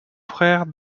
frère